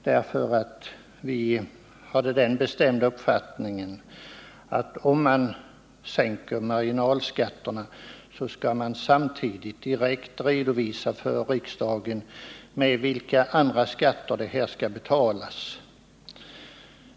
Vi har nämligen den bestämda uppfattningen att om man föreslår en sänkning av marginalskatterna skall man samtidigt direkt redovisa för riksdagen med vilka andra skatter detta skall betalas.